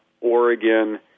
Oregon